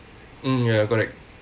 mm ya correct